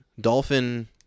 Dolphin